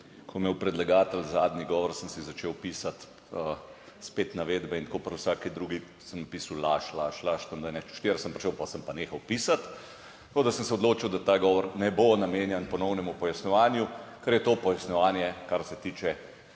je imel predlagatelj zadnji govor, sem si začel pisati. Spet navedbe in tako pri vsaki drugi sem napisal laž, laž, laž, tem do štiri sem prišel, potem sem pa nehal pisati, tako da sem se odločil, da ta govor ne bo namenjen ponovnemu pojasnjevanju, kar je to pojasnjevanje kar se tiče